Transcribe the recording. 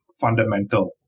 fundamental